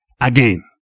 again